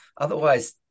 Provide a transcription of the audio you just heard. Otherwise